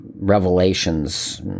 revelations